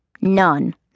none